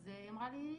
אז היא אמרה לי,